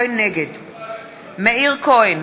נגד מאיר כהן,